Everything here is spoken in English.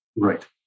Right